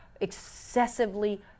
excessively